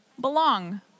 belong